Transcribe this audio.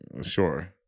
sure